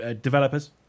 developers